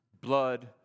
blood